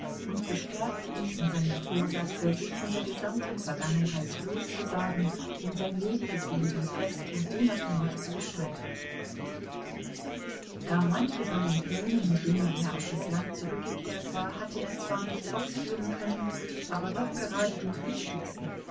und bestärkte ihn in seinem vorsatze sich von der gesamten vergangenheit loszusagen um sein lediges leben fest und unabhängig zu gestalten gar manche von den plänen mit denen er auf das land zurückgekehrt war hatte er zwar nicht ausführen können aber doch gerade den wichtigsten